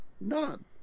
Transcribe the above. None